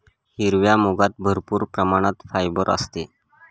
हिरव्या मुगात भरपूर प्रमाणात फायबर असते